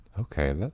Okay